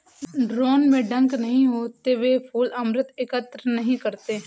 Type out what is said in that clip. drone में डंक नहीं होते हैं, वे फूल अमृत एकत्र नहीं करते हैं